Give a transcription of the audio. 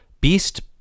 Beast